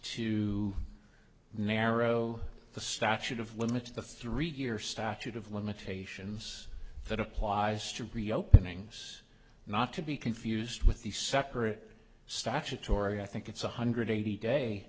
to narrow the statute of limit to the three year statute of limitations that applies to reopening not to be confused with the separate statutory i think it's one hundred eighty day